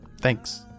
thanks